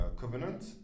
covenant